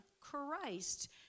Christ